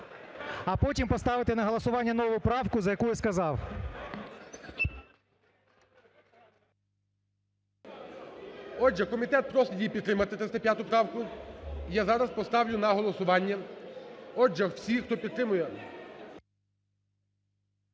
а потім поставити на голосування нову правку, за яку я сказав. ГОЛОВУЮЧИЙ. Отже, комітет просить її підтримати, 305 правку. Я зараз поставлю на голосування. Отже, всі, хто підтримує…